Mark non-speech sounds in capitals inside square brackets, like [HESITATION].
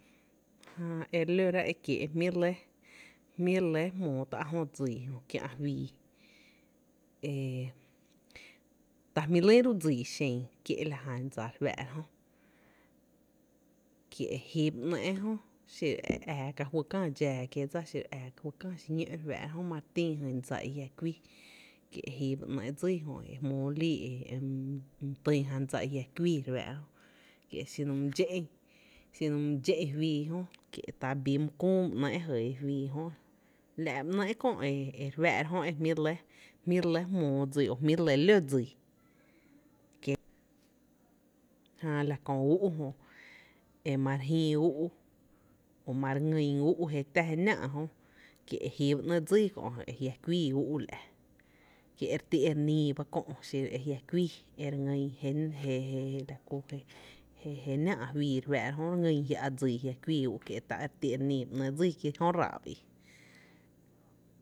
Jää e re lóra e kiee’ jmíi’ re lɇ [HESITATION] jmí re lɇ ere jmóo tá’ jö dsiii jö kiä’ fíi, e ta jmí’ lýn ro dsii xen kié’ la jna dsa re fáára jö kie’ jí ba ‘nɇ jö xiro e ⱥⱥ ka juý käá dxáá kié’ dsá xiro ää ka juý kää xiñó’ re fáá’ra jö ma re tín jyn dsa i jia’ kuíi kie’ jí ba ‘nɇɇ’ dsíi jö ejmóo líi e my týn jan dsa i jia’ küií re fáára jö e xino mi dxé’n, xino my dxé’n fíi j ó, kie’ tá bi my küú ba ‘nɇ’ e jɇɇ fíi jö, la’ ba ‘nɇɇ’ kö e e re fá’ra Jö e jmí’ re lɇ, jmí’ re lɇ jmóo dsii, jmí’ re lɇ ló dsii kie’ [HESITATION] jää la kö úu’ jö e ma re jïï ú’ o ma re ngýn ú’ e jé tⱥ je ‘nⱥⱥ’ jö kie’ jí ba ‘nɇ’ dsíí kö e jia’ kuii ú’ la’, kie’ e re ti e re níí ba kö xiro e jia’ kuíi e re ngýn la ku je [HESITATION] jé, jé, ‘nⱥⱥ’ fii re fáá’ra jö ere ngýn jia’ dsii e jia’ kuíi ú’ kie ta e re ti e re níi ba ‘nɇ’ dsíi k´+i jö ráá’ba i.